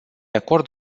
acord